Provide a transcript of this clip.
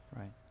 Right